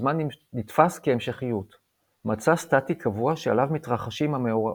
הזמן נתפס כהמשכיות – מצע סטטי קבוע שעליו מתרחשים המאורעות.